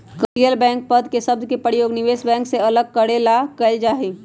commercial bank पद के शब्द के प्रयोग निवेश बैंक से अलग करे ला कइल जा हई